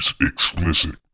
explicit